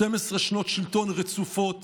12 שנות שלטון רצופות